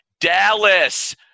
Dallas